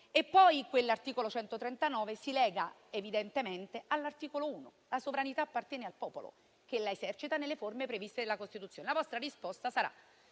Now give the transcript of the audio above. Inoltre, l'articolo 139 si lega evidentemente all'articolo 1, ai sensi del quale la sovranità appartiene al popolo, che la esercita nelle forme previste dalla Costituzione. La vostra risposta sarà: